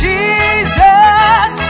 Jesus